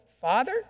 father